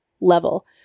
level